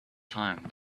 time